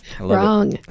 wrong